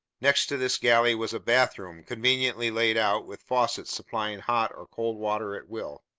next to this galley was a bathroom, conveniently laid out, with faucets supplying hot or cold water at will.